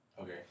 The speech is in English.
Okay